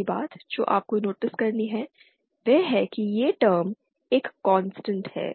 पहली बात जो आपको नोटिस करनी है वह है यह टर्म एक कांस्टेंट है